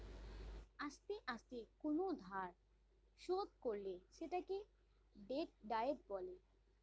আস্তে আস্তে কোন ধার শোধ করলে সেটাকে ডেট ডায়েট বলে